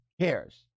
cares